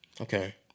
Okay